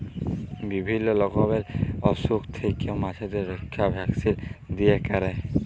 বিভিল্য রকমের অসুখ থেক্যে মাছদের রক্ষা ভ্যাকসিল দিয়ে ক্যরে